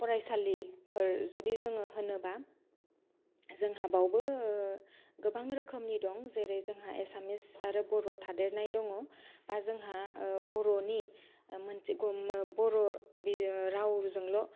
फरायसालिफोर जुदि जोङो होनोबा जोंहा बावबो गोबां रोखोमनि दं जेरै जोंहा एसामिस आरो बर' थादेरनाय दङ बा जोंहा बर'नि मोनसे बर'नि रावजोंल'